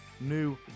new